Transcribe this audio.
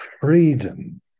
freedom